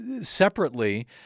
separately